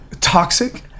toxic